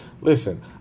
Listen